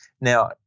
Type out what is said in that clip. Now